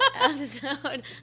episode